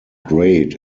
great